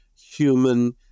human